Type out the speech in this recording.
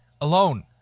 alone